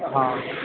ହଁ